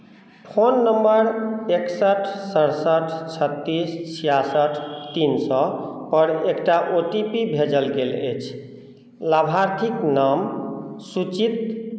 phone number एकसठि सतसठि छत्तीस छियासठि तीन सएपर एकटा ओ टी पी भेजल गेल अछि लाभार्थीक नाम सुचित